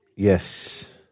Yes